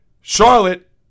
Charlotte